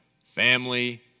family